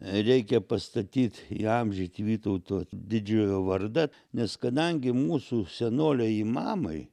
reikia pastatyt įamžyt vytauto didžiojo vardą nes kadangi mūsų senoliai imamai